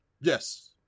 Yes